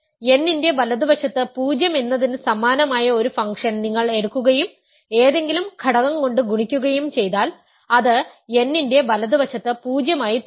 n ന്റെ വലതുവശത്ത് 0 എന്നതിന് സമാനമായ ഒരു ഫംഗ്ഷൻ നിങ്ങൾ എടുക്കുകയും ഏതെങ്കിലും ഘടകം കൊണ്ട് ഗുണിക്കുകയും ചെയ്താൽ അത് n ന്റെ വലതുവശത്ത് 0 ആയി തുടരും